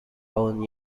own